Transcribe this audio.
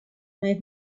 made